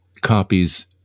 copies